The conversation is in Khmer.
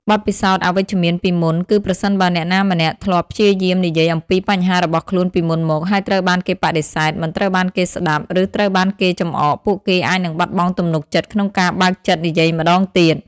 បទពិសោធន៍អវិជ្ជមានពីមុន គឺប្រសិនបើអ្នកណាម្នាក់ធ្លាប់ព្យាយាមនិយាយអំពីបញ្ហារបស់ខ្លួនពីមុនមក ហើយត្រូវបានគេបដិសេធ មិនត្រូវបានគេស្តាប់ ឬត្រូវបានគេចំអក ពួកគេអាចនឹងបាត់បង់ទំនុកចិត្តក្នុងការបើកចិត្តនិយាយម្តងទៀត។